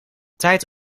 tijd